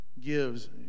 Gives